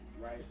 Right